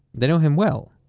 they know him well,